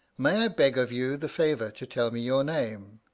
may i beg of you the favour to tell me your name?